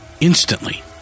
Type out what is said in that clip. instantly